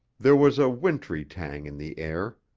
there was a wintry tang in the air.